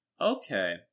Okay